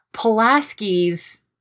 Pulaski's